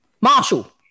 Marshall